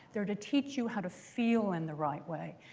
they're to teach you how to feel in the right way.